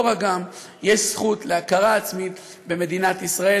לא רק "גם" יש זכות להכרה עצמית במדינת ישראל.